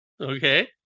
Okay